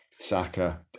Saka